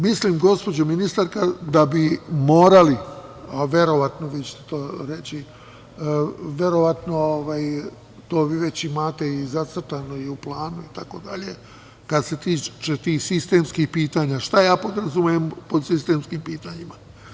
Mislim, gospođo ministarka, da bi morali, a verovatno, vi ćete to reći, verovatno vi to već imate zacrtano i u planu, itd, kad se tiče tih sistemskih pitanja, šta ja podrazumevam pod sistemskim pitanjima?